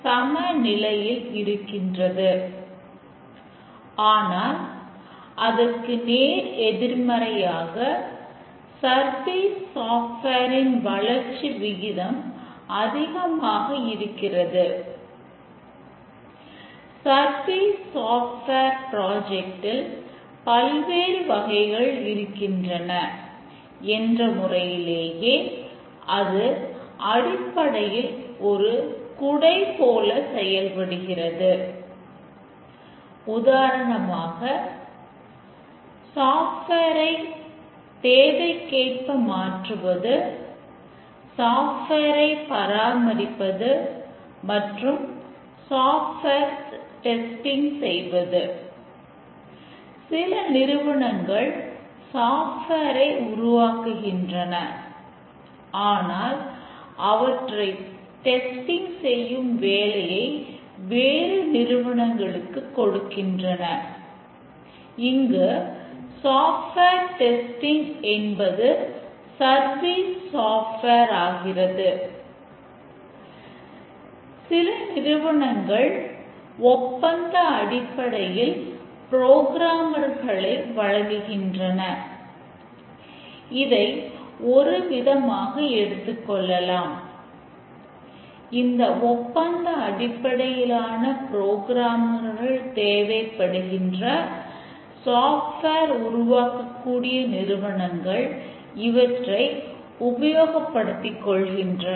service software உருவாக்கக்கூடிய நிறுவனங்கள் இவற்றை உபயோகப்படுத்திக் கொள்கின்றன